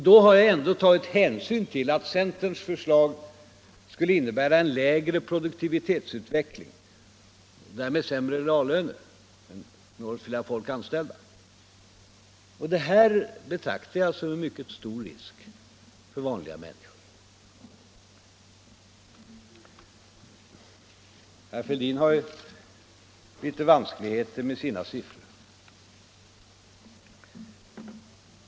Då har jag ändå tagit hänsyn till att centerns förslag skulle innebära en lägre produktivitetsutveckling, och därmed sämre reallöner. Detta betraktar jag som en mycket stor risk för vanliga människor. Herr Fälldin har litet vanskligheter med sina siffror.